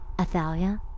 Athalia